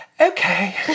Okay